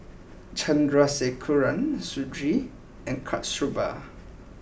Chandrasekaran Sudhir and Kasturba